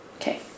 Okay